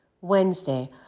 Wednesday